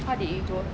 how did it go